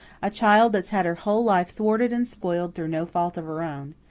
a child that's had her whole life thwarted and spoiled through no fault of her own.